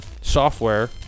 software